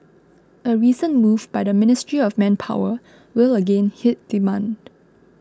a recent move by the Ministry of Manpower will again hit demand